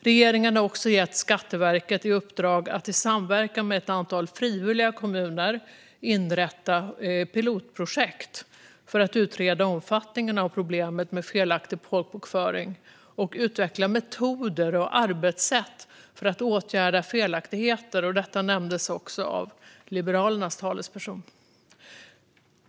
Regeringen har också gett Skatteverket i uppdrag att i samverkan med ett antal frivilliga kommuner inrätta pilotprojekt för att utreda omfattningen av problemet med felaktig folkbokföring och utveckla metoder och arbetssätt för att åtgärda felaktigheter. Detta nämndes också av Liberalernas talesperson.